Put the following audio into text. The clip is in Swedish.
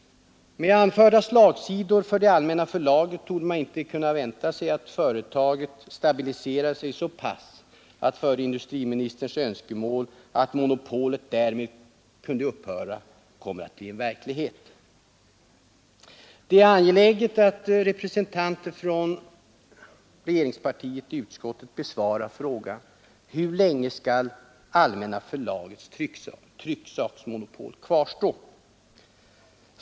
Med anförda slagsidor för Allmänna förlaget torde man inte kunna vänta sig att företaget stabiliserat sig så pass att förre industriministerns önskemål att monopolet därmed kunde upphöra kommer att bli verklighet. Det är angeläget att representanter för regeringspartiet i utskottet besvarar frågan: Hur länge skall Allmänna förlagets trycksaksmonopol kvarstå?